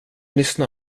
lyssna